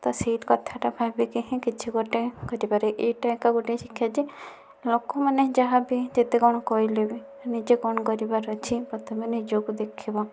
ତ ସେହି କଥାଟା ଭାବିକି ହିଁ କିଛି ଗୋଟିଏ କରିବାରେ ଏଇଟା ଏକା ଗୋଟିଏ ଶିକ୍ଷା ଯେ ଲୋକମାନେ ଯାହା ବି ଯେତେ କ'ଣ କହିଲେ ବି ନିଜେ କ'ଣ କରିବାର ଅଛି ପ୍ରଥମେ ନିଜକୁ ଦେଖିବ